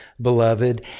beloved